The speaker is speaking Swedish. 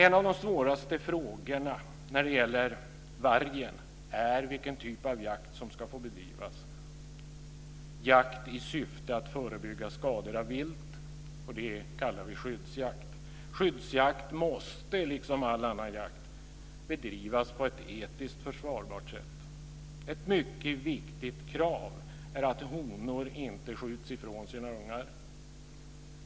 En av de svåraste frågorna när det gäller vargen är vilken typ av jakt som ska få bedrivas i syfte att förebygga skador av vilt. Det är det som vi kallar för skyddsjakt. Skyddsjakt måste, liksom all annan jakt, bedrivas på ett etiskt försvarbart sätt. Ett mycket viktigt krav är att honor inte skjuts ifrån sina ungar.